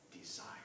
desire